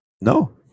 No